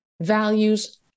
values